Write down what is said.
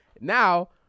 Now